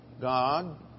God